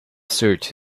searched